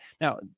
Now